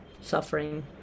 suffering